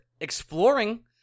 exploring